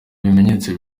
bimenyetso